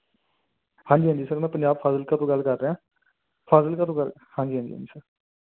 ਹਾਂਜੀ ਹਾਂਜੀ ਸਰ ਮੈਂ ਪੰਜਾਬ ਫਾਜਿਲਕਾ ਤੋਂ ਗੱਲ ਕਰ ਰਿਹਾ ਫਾਜ਼ਿਲਕਾ ਤੋਂ ਗੱਲ ਹਾਂਜੀ ਹਾਂਜੀ ਸਰ